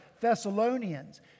Thessalonians